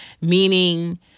meaning